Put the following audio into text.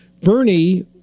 Bernie